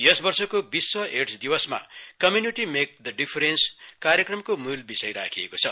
यस वर्षको विश्व एड्स दिवसमा कम्य्निटी मेक द डिफरेन्स कार्यक्रमको मूल विषय राखिएको छ